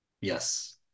Yes